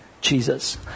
Jesus